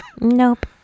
Nope